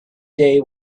day